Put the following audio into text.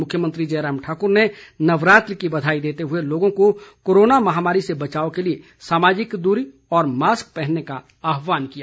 मुख्यमंत्री जयराम ठाकुर ने नवरात्र की बधाई देते हुए लोगों को कोरोना महामारी से बचाव के लिए सामाजिक दूरी और मास्क पहनने का आह्वान किया है